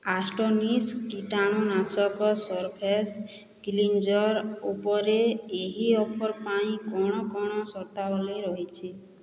Astonish କୀଟାଣୁନାଶକ surface cleanser ଉପରେ ଏହି ଅଫର୍ ପାଇଁ କ'ଣ କ'ଣ ସର୍ତ୍ତାବଳି ରହିଛି